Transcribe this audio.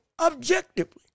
objectively